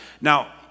Now